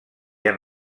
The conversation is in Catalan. han